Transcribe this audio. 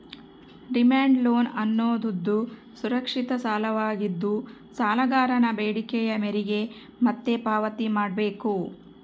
demand loan ಅನ್ನೋದುದು ಸುರಕ್ಷಿತ ಸಾಲವಾಗಿದ್ದು, ಸಾಲಗಾರನ ಬೇಡಿಕೆಯ ಮೇರೆಗೆ ಮತ್ತೆ ಪಾವತಿ ಮಾಡ್ಬೇಕು